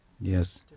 Yes